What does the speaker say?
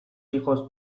hijos